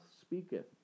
speaketh